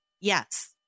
yes